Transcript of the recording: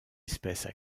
espèces